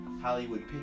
Hollywood